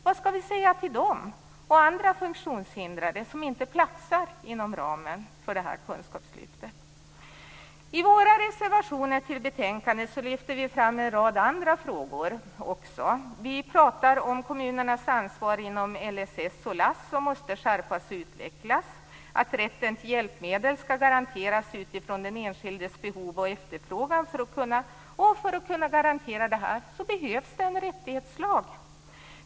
Vad skall vi säga till dem och andra funktionshindrade som inte platsar inom ramen för kunskapslyftet? I våra reservationer till betänkandet lyfter vi också fram en rad andra frågor. Vi talar om kommunernas ansvar inom LSS och LASS, som måste skärpas och utvecklas, och att rätten till hjälpmedel skall garanteras utifrån den enskildes behov och efterfrågan. För att garantera detta behövs en rättighetslag.